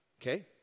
Okay